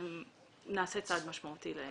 נעשה צעד משמעותי.